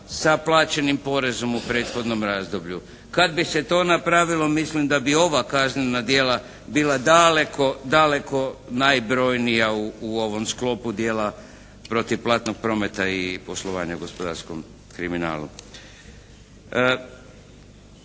sa plaćenim porezom u prethodnom razdoblju. Kad bi se to napravilo mislim da bi ova kaznena djela bila daleko, daleko najbrojnija u ovom sklopu dijela protiv platnog prometa i poslovanja u gospodarskom kriminalu.